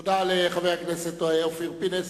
תודה לחבר הכנסת אופיר פינס.